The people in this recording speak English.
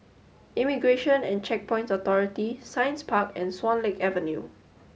Immigration and Checkpoints Authority Science Park and Swan Lake Avenue